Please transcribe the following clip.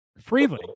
freely